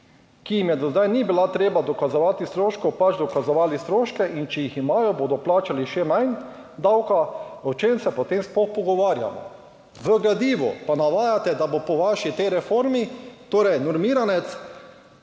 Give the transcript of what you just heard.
ki jim je do zdaj ni bilo treba dokazovati stroškov, pač dokazovali stroške in če jih imajo, bodo plačali še manj davka. O čem se potem sploh pogovarjamo? V gradivu pa navajate, da bo po vaši tej reformi torej normiranec